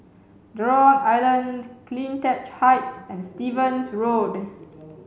Jurong Island CleanTech Height and Stevens Road